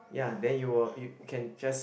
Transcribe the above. ya then you will you you can just